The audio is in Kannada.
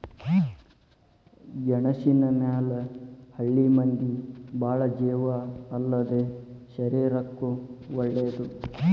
ಗೆಣಸಿನ ಮ್ಯಾಲ ಹಳ್ಳಿ ಮಂದಿ ಬಾಳ ಜೇವ ಅಲ್ಲದೇ ಶರೇರಕ್ಕೂ ವಳೇದ